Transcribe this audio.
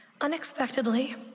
Unexpectedly